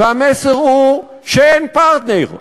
המסר הוא שאין פרטנר.